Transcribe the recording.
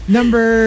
Number